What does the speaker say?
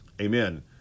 Amen